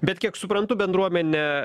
bet kiek suprantu bendruomenė